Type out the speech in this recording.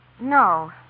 No